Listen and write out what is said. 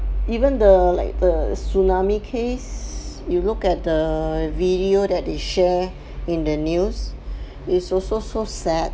even the like the tsunami case you look at the video that they share in the news is also so sad